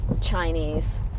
Chinese